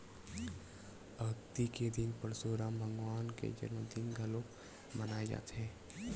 अक्ती के दिन परसुराम भगवान के जनमदिन घलोक मनाए जाथे